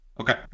Okay